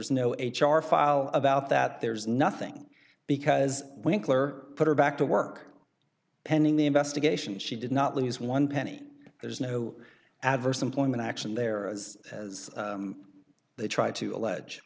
's no h r file about that there's nothing because winkler put her back to work pending the investigation she did not lose one penny there's no adverse employment action there as as they tried to allege